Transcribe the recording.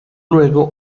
luego